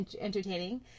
entertaining